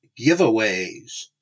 giveaways